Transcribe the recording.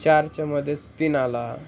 चारच्यामध्येच तीन आला